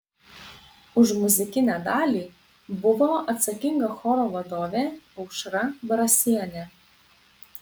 už muzikinę dalį buvo atsakinga choro vadovė aušra brasienė